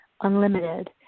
unlimited